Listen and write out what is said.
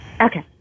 Okay